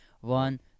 One